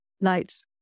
lights